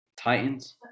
Titans